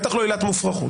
בטח לא עילת מופרכות.